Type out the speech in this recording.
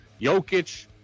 Jokic